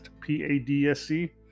P-A-D-S-C